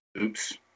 Oops